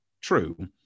true